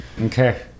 Okay